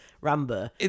Rambo